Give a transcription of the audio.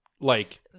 like-